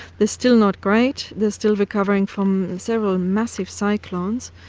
they're still not great, they're still recovering from several massive cyclones,